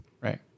right